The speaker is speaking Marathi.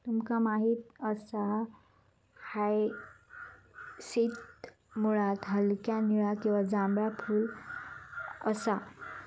तुमका माहित असा हायसिंथ मुळात हलक्या निळा किंवा जांभळा फुल असा